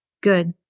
Good